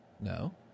no